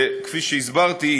כפי שהסברתי,